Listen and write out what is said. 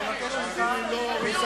אני מבקש ממך לסיים,